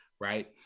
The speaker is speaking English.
right